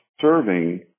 serving